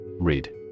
Read